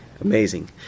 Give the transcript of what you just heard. amazing